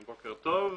בוקר טוב.